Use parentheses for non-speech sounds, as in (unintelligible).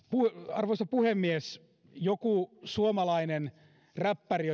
arvoisa puhemies joku suomalainen räppäri (unintelligible)